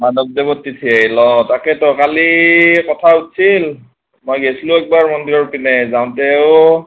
মাধৱদেৱৰ তিথি তাকেতো কালি কথা হৈছিল মই গৈছিলোঁ একবাৰ মন্দিৰৰ পিনে যাওঁতেও